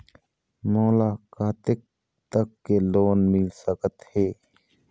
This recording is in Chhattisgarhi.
मोला कतेक तक के लोन मिल सकत हे?